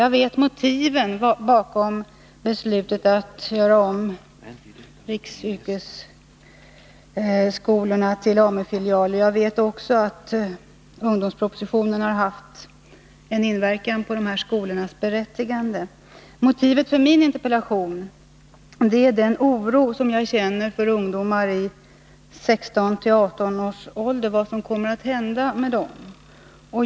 Jag vet motiven bakom beslutet att göra om riksyrkesskolorna till AMU-filialer, och jag vet också att ungdomspropositionen har haft en inverkan på dessa skolors berättigande. Motivet för min interpellation är den oro som jag känner för ungdomar i 16-18 års ålder, för vad som kommer att hända med dem.